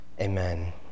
Amen